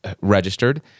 registered